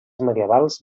medievals